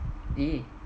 !ee!